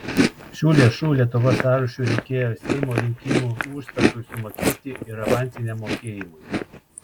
šių lėšų lietuvos sąrašui reikėjo seimo rinkimų užstatui sumokėti ir avansiniam mokėjimui